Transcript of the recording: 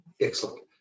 Excellent